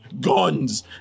guns